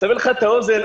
לסבר לך את האוזן,